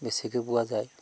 বেছিকৈ পোৱা যায়